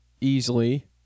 easily